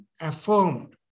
affirmed